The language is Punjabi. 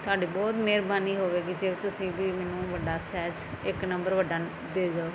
ਤੁਹਾਡੀ ਬਹੁਤ ਮਿਹਰਬਾਨੀ ਹੋਵੇਗੀ ਜੇ ਤੁਸੀਂ ਵੀ ਮੈਨੂੰ ਵੱਡਾ ਸਇਜ ਇੱਕ ਨੰਬਰ ਵੱਡਾ ਦੇ ਦਿਓ